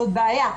שזאת בעיה.